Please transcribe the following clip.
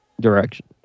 direction